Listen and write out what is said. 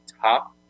top